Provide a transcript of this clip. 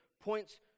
points